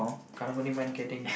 karang-guni man getting